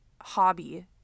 hobby